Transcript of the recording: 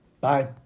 Bye